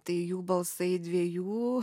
tai jų balsai dviejų